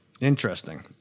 interesting